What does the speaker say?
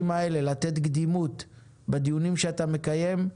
האלה לתת קדימות בדיונים שאתה מקיים,